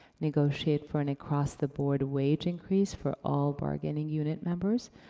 negotiate for an across the board wage increase for all bargaining unit members.